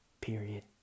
period